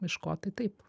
iš ko tai taip